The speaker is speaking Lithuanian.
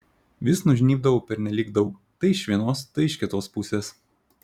vis nužnybdavau pernelyg daug tai iš vienos tai iš kitos pusės